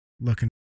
looking